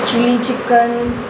chilli chicken